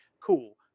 Cool